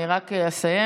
אני רק אסיים.